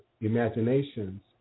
imaginations